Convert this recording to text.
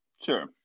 Sure